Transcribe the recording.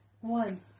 One